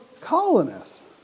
colonists